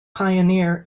pioneer